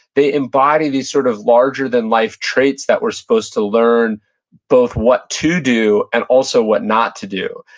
they embody these sort of larger-than-life traits that we're supposed to learn both what to do and also what not to do.